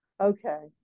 Okay